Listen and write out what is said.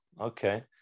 okay